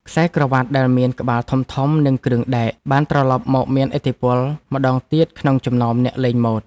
ខ្សែក្រវាត់ដែលមានក្បាលធំៗនិងគ្រឿងដែក បានត្រឡប់មកមានឥទ្ធិពលម្តងទៀតក្នុងចំណោមអ្នកលេងម៉ូដ។